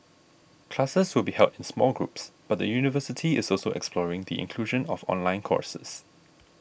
classes will be held in small groups but the university is also exploring the inclusion of online courses